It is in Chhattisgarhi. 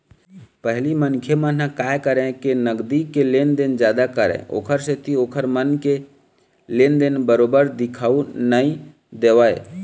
पहिली मनखे मन ह काय करय के नगदी के लेन देन जादा करय ओखर सेती ओखर मन के लेन देन बरोबर दिखउ नइ देवय